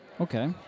Okay